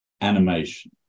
animation